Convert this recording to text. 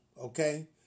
Okay